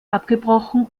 abgebrochen